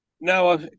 Now